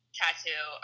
tattoo